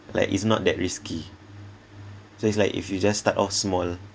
like it's not that risky so it's like if you just start off small